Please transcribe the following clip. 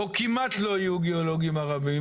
או כמעט לא היו גיאולוגים ערבים.